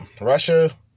Russia